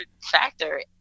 factor